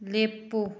ꯂꯦꯞꯄꯨ